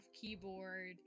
keyboard